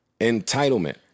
entitlement